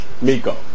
Miko